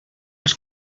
els